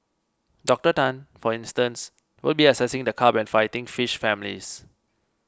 Dr Tan for instance will be assessing the carp and fighting fish families